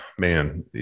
man